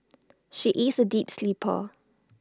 she is A deep sleeper